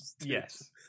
Yes